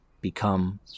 become